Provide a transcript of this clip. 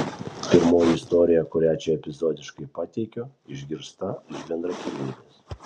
pirmoji istorija kurią čia epizodiškai pateikiu išgirsta iš bendrakeleivės